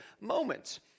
moments